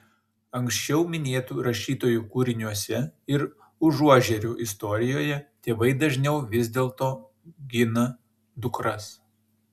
anksčiau minėtų rašytojų kūriniuose ir užuožerių istorijoje tėvai dažniau vis dėlto gina dukras